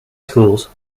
schools